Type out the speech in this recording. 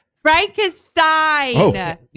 Frankenstein